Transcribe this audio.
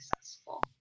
successful